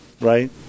right